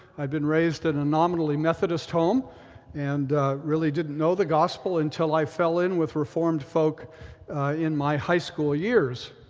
i'd been raised in a nominally methodist home and really didn't know the gospel until i fell in with reformed folk in my high school years.